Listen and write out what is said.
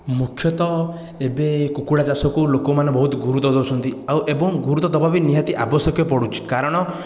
ମୁଖ୍ୟତଃ ଏବେ କୁକୁଡ଼ା ଚାଷକୁ ଲୋକମାନେ ବହୁତ ଗୁରୁତ୍ୱ ଦେଉଛନ୍ତି ଆଉ ଏବଂ ଗୁରୁତ୍ୱ ଦେବା ବି ବହୁତ ଆବଶ୍ୟକୀୟ ପଡ଼ୁଛି କାରଣ